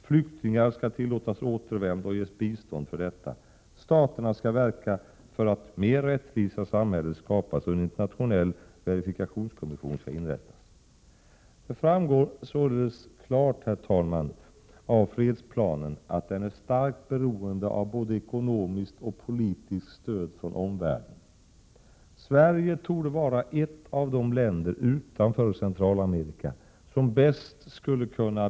Flyktingar skall tillåtas återvända och ges bistånd för detta. Staterna skall verka för att mer rättvisa samhällen skapas, och en internationell verifikationskommission skall inrättas. Det framgår således klart, herr talman, av fredsplanen att den är starkt beroende av både ekonomiskt och politiskt stöd från omvärlden. Sverige torde vara ett av de länder utanför Centralamerika som bäst skulle kunna = Prot.